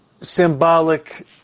symbolic